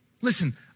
Listen